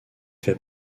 fait